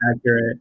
accurate